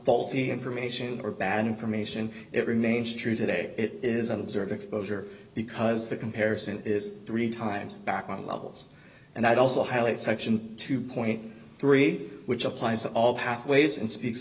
faulty information or bad information it remains true today it is an observed exposure because the comparison is three times back on a levels and i'd also highlight section two three which applies all pathways and speaks